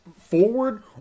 forward